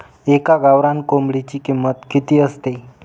एका गावरान कोंबडीची किंमत किती असते?